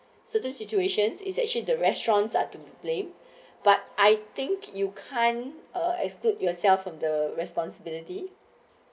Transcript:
certain situations is actually the restaurants are to blame but I think you can't uh exclude yourself from the responsibility